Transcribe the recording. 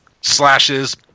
slashes